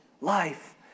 Life